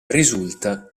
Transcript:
risulta